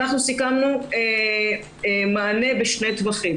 סיכמנו מענה בשני טווחים.